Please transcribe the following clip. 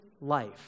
life